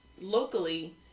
locally